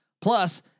Plus